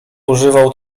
używał